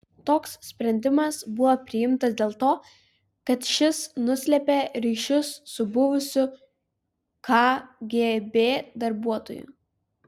toks sprendimas buvo priimtas dėl to kad šis nuslėpė ryšius su buvusiu kgb darbuotoju